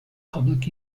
public